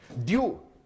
due